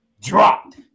Dropped